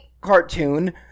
cartoon